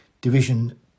Division